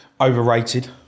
Overrated